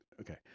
Okay